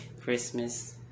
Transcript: Christmas